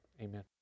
Amen